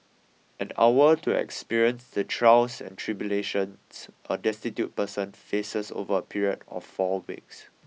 an hour to experience the trials and tribulations a destitute person faces over a period of four weeks